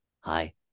Hi